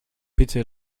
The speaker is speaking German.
bitte